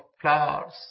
flowers